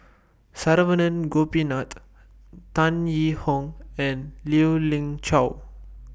Saravanan Gopinathan Tan Yee Hong and Lien Ying Chow